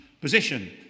position